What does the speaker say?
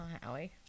Howie